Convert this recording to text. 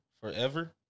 forever